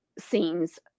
scenes